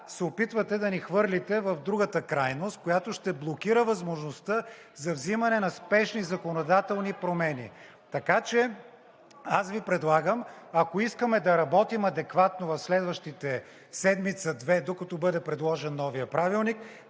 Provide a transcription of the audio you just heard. се опитвате да ни хвърлите в другата крайност, която ще блокира възможността за взимане на спешни законодателни промени. Аз Ви предлагам, ако искаме да работим адекватно в следващите седмица – две, докато бъде предложен новият Правилник,